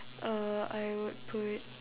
uh I would put